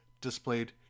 displayed